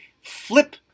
flip